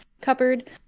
cupboard